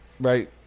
Right